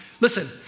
Listen